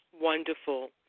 Wonderful